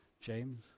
James